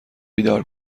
بیدار